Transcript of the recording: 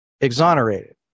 exonerated